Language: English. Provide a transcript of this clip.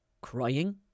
crying